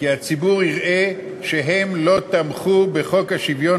כי הציבור יראה שהם לא תמכו בחוק השוויון